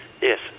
Yes